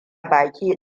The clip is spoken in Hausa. baki